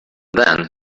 then